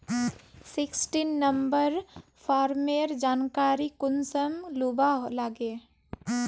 Sixteen number farmer जानकारी कुंसम लुबा लागे?